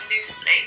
loosely